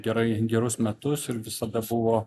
gerai gerus metus ir viso bebuvo